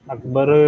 Akbar